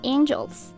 Angels